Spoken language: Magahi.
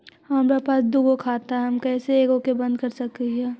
हमरा पास दु गो खाता हैं, हम कैसे एगो के बंद कर सक हिय?